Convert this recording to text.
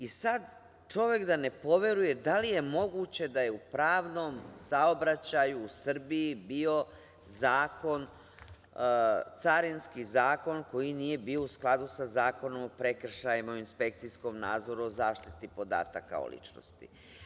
I sad čovek da ne poveruje da je moguće da je u pravnom saobraćaju u Srbiji bio Carinski zakon koji nije bio u skladu sa Zakonom o prekršajima, o inspekcijskom nadzoru, o zaštiti podataka o ličnosti.